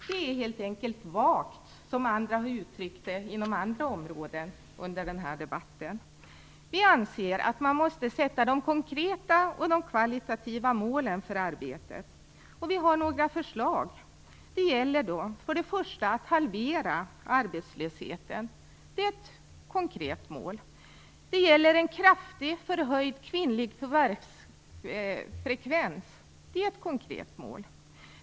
Det är helt enkelt vagt, som andra har uttryckt inom andra områden under den här debatten. Vi anser att man måste sätta de konkreta och de kvalitativa målen för arbetet. Vi har några förslag. - Det gäller att halvera arbetslösheten. Det är ett konkret mål. - Det gäller en kraftigt förhöjd kvinnlig förvärvsfrekvens. Det är ett konkret mål.